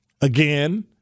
again